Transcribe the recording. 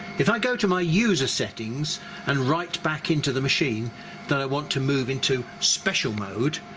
if i go to my user settings and write back into the machine that i want to move into special mode,